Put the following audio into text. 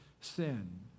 sin